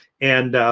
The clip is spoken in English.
and